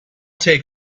take